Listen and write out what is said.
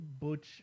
Butch